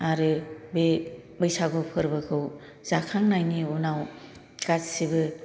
आरो बे बैसागुफोरबोखौ जाखांनायनि उनाव गासिबो